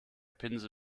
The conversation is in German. pinsel